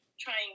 trying